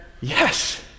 yes